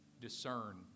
discern